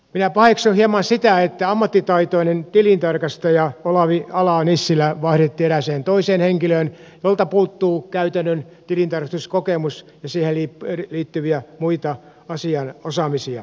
minä paheksun hieman sitä että ammattitaitoinen tilintarkastaja olavi ala nissilä vaihdettiin erääseen toiseen henkilöön jolta puuttuu käytännön tilintarkastuskokemus ja siihen liittyviä muita asian osaamisia